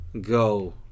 go